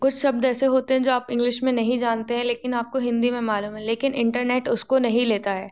कुछ शब्द ऐसे होते है जो आप इंग्लिश में नहीं जानते हैं लेकिन आपको हिन्दी में मालूम है लेकिन इंटरनेट उसको नहीं लेता है